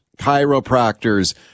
chiropractors